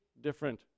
different